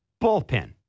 Bullpen